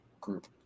group